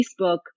Facebook